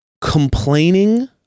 complaining